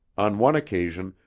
on one occasion,